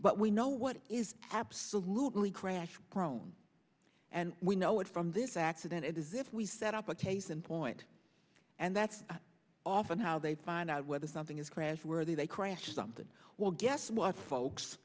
but we know what is absolutely crash prone and we know it from this accident it is if we set up a case in point and that's often how they find out whether something is crash where they crash something well guess what folks